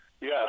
Yes